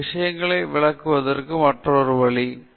இது விஷயங்களை விளக்குவதற்கு மற்றொரு வழி